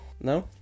no